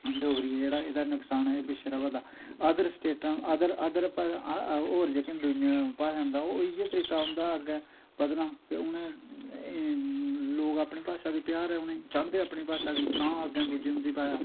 डोगरी गी जेहड़ा एहदा नुक्सान ऐ पिच्छे रबा दा अदर स्टेटां अदर और जेहकी दुइयां भाशां ना ते इयै तरीका होंदा अग्गै बधने दा के उ लोग अपनी भाशा कने प्यार है उंहेगी चाहंदे अपनी भाशा गी तां अग्गे पुज्जे ना अपनी भाशा च